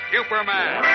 Superman